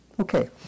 Okay